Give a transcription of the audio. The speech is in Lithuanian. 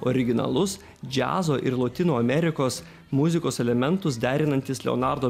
originalus džiazo ir lotynų amerikos muzikos elementus derinantis leonardo